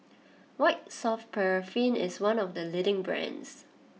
White Soft Paraffin is one of the leading brands